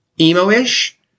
emo-ish